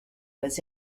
was